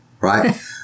Right